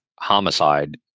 homicide